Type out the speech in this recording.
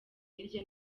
hirya